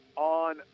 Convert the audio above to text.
On